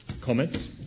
comments